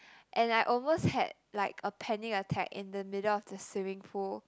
and I almost had like a panic attack in the middle of the swimming pool